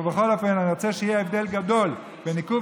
אבל בכל אופן אני רוצה שיהיה הבדל גדול בין עיכוב